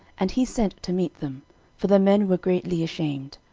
and he sent to meet them for the men were greatly ashamed.